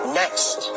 next